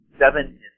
Seven